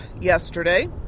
yesterday